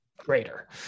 greater